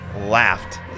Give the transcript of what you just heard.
laughed